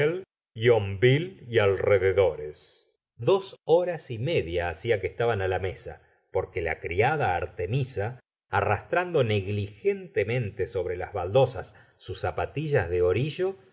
y alrededores dos horas y media hacía que estaban la mesa porque la criada artemisa arrastrando negligentemente sobre las baldosas sus zapatillas de orillo